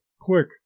quick